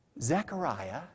Zechariah